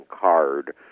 card